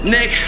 Nick